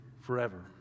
forever